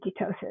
ketosis